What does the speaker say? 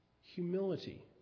Humility